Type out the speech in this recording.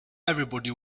everybody